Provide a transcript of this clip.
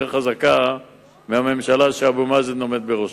חזקה מהממשלה שאבו מאזן עומד בראשה.